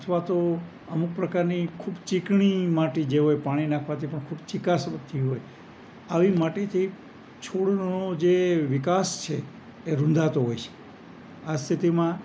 અથવા તો અમુક પ્રકારની ખૂબ ચીકણી માટી જે હોય પાણી નાખવાથી પણ ચીકાસ વધતી હોય આવી માટીથી છોડનો જે વિકાસ છે એ રૂંધાતો હોય છે આ સ્થિતિમાં